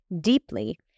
deeply